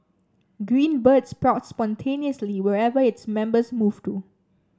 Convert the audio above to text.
Green Bird sprouts spontaneously wherever its members move to